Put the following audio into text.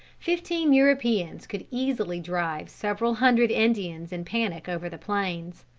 fifteen europeans could easily drive several hundred indians in panic over the plains.